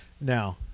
Now